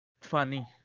funny